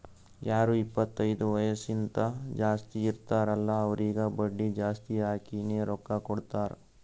ಯಾರು ಇಪ್ಪತೈದು ವಯಸ್ಸ್ಕಿಂತಾ ಜಾಸ್ತಿ ಇರ್ತಾರ್ ಅಲ್ಲಾ ಅವ್ರಿಗ ಬಡ್ಡಿ ಜಾಸ್ತಿ ಹಾಕಿನೇ ರೊಕ್ಕಾ ಕೊಡ್ತಾರ್